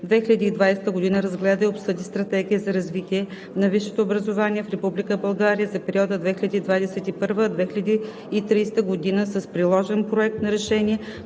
2020 г., разгледа и обсъди Стратегия за развитие на висшето образование в Република България за периода 2021 – 2030 г. с приложен Проект на решение,